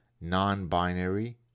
non-binary